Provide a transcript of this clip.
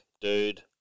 dude